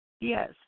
Yes